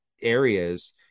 areas